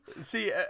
See